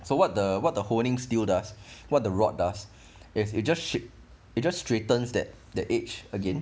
so what the what the holding stale does what the rod does is you just straight it just straightens that the edge again